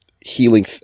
healing